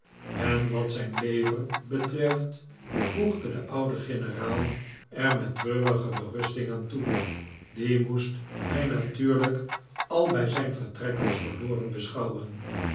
en wat zijn lever betreft voegde de oude generaal er met treurige berusting aan toe die moest hij natuurlijk al bij zijn vertrek als verloren beschouwen